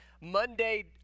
Monday